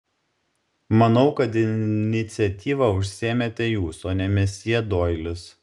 manau kad iniciatyva užsiėmėte jūs o ne mesjė doilis